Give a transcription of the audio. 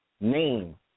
name